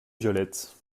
violette